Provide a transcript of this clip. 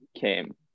came